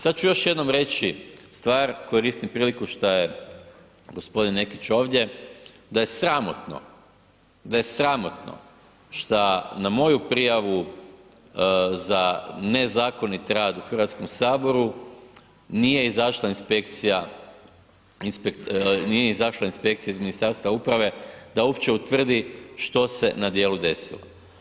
Sad ću još jednom reći stvar, koristim priliku šta je gospodin Nekić ovdje, da je sramotno, da je sramotno šta na moju prijavu za nezakonit rad u Hrvatskom saboru nije izašla inspekcija, nije izašla inspekcija iz Ministarstva uprave da uopće utvrdi što se na djelu desilo.